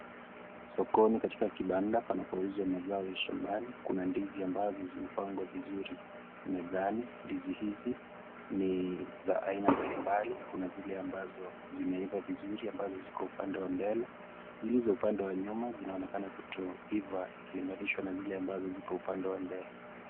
Sokoni katika kibanda panapouzwa mazao ya shambani. Kuna ndizi ambazo zimepangwa vizuri mezani. Ndizi hizi ni za aina mbalimbali. Kuna zile ambazo zimeiva vizuri ambazo ziko upande wa mbele, zilizo upande wa nyuma zinaonekana kutoiva ikilinganishwa na zile ambazo ziko upande wa mbele.